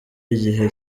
igihe